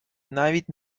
навіть